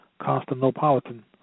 Constantinopolitan